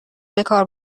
بهکار